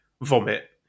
vomit